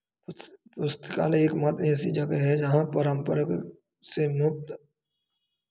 पुस्तकालय एक मात्र एक ऐसी जगह है जहां परंपरा से मुक्त